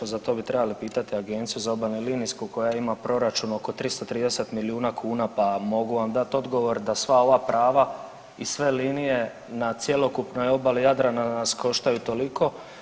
Za to bi trebali pitati Agenciju za obalnu linijsku koja ima proračun oko 330 milijuna kuna, pa mogu vam dat odgovor da sva ova prava i sve linije na cjelokupnoj obali Jadrana nas koštaju toliko.